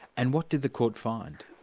and what did the court find?